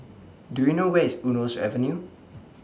Do YOU know Where IS Eunos Avenue